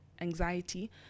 anxiety